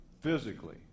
physically